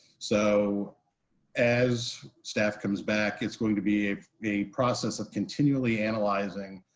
so as staff comes back, it's going to be a process of continually analyzing